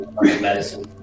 medicine